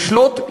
לשלוט,